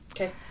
Okay